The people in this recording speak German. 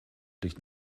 liegt